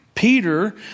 Peter